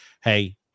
hey –